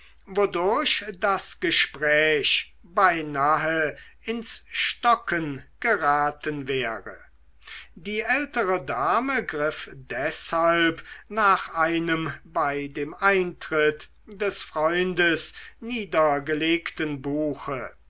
wodurch das gespräch beinahe ins stocken geraten wäre die ältere dame griff deshalb nach einem bei dem eintritt des freundes niedergelegten buche